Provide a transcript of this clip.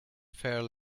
fair